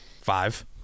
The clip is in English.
Five